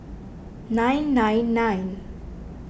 nine nine nine